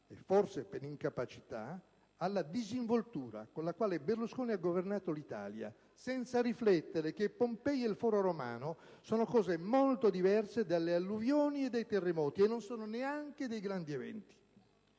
forse per incapacità - alla disinvoltura con la quale Berlusconi ha governato l'Italia, senza riflettere sul fatto che Pompei e il Foro romano sono cose molte diverse dalle alluvioni e dai terremoti, e non sono neanche dei grandi eventi.